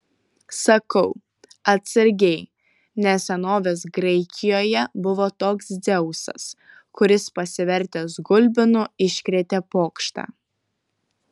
sakau atsargiai nes senovės graikijoje buvo toks dzeusas kuris pasivertęs gulbinu iškrėtė pokštą